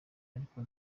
ariko